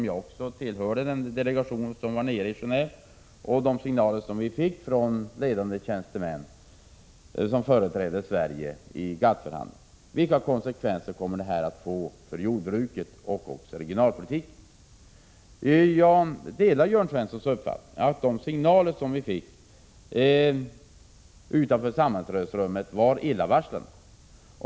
Jag tillhörde den delegation som var nere i Genéve. Jag delar Jörn Svenssons uppfattning om att de signaler som vi fick utanför sammanträdesrummet från ledande tjänstemän som företräder Sverige i GATT-förhandlingarna var illavarslande.